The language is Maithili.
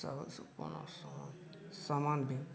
समान